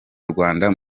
rwanda